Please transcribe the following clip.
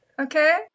okay